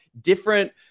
different